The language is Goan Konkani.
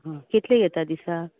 हं कितली घेता दिसाक